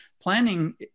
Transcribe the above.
planning